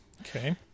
Okay